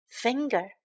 finger